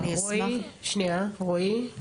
רועי?